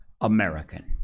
American